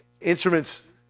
Instruments